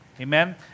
Amen